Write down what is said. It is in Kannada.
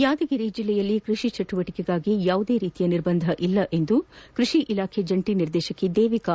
ಯಾದಗಿರಿ ಜಿಲ್ಲೆಯಲ್ಲಿ ಕೃಷಿ ಚಟುವಟಿಕೆ ನಡೆಸಲು ಯಾವುದೇ ರೀತಿಯ ನಿರ್ಬಂಧ ಇಲ್ಲ ಎಂದು ಎಂದು ಕೃಷಿ ಇಲಾಖೆಯ ಜಂಟಿ ನಿರ್ದೇಶಕಿ ದೇವಿಕಾ